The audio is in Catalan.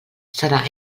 serà